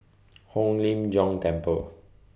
Hong Lim Jiong Temple